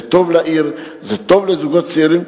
זה טוב לעיר, זה טוב לזוגות צעירים.